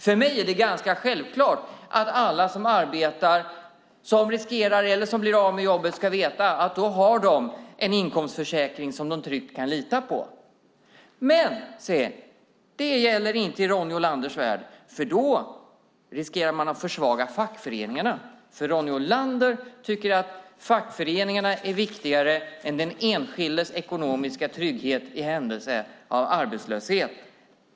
För mig är det självklart att alla som arbetar och som blir av med jobbet eller riskerar att bli av med jobbet ska veta att de har en inkomstförsäkring som de tryggt kan lita på. Men se det gäller inte i Ronny Olanders värld! Då riskerar man ju att riskera fackföreningarna, och Ronny Olander tycker att fackföreningarna är viktigare än den enskildes ekonomiska trygghet i händelse av arbetslöshet.